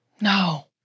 No